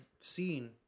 seen